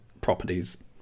properties